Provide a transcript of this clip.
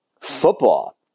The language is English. football